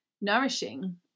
nourishing